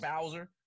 Bowser